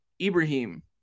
Ibrahim